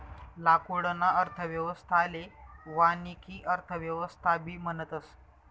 लाकूडना अर्थव्यवस्थाले वानिकी अर्थव्यवस्थाबी म्हणतस